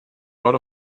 lot